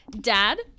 Dad